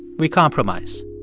we compromise.